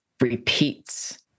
repeats